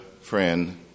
friend